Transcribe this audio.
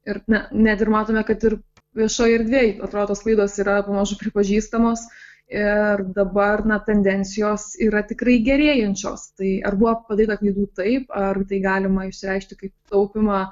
ir net ir matome kad ir viešoj erdvėj atrodo tos klaidos yra pamažu pripažįstamos ir dabar na tendencijos yra tikrai gerėjančios tai ar buvo padaryta klaidų taip ar tai galima išsireikšti kaip taupymą